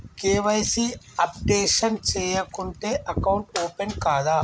KYC updation చేయకుంటే account open కాదా?